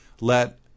let